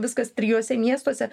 viskas trijuose miestuose